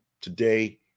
today